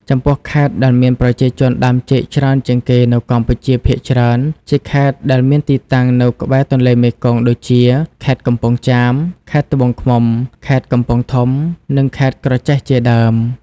ចំពោះខេត្តដែលមានប្រជាជនដាំចេកច្រើនជាងគេនៅកម្ពុជាភាគច្រើនជាខេត្តដែលមានទីតាំងនៅក្បែរទន្លេមេគង្គ ដូចជា ខេត្តកំពង់ចាម ខេត្តត្បូងឃ្មុំ ខេត្តកំពង់ធំ និង ខេត្តក្រចេះជាដើម។